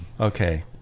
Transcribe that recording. Okay